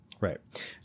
Right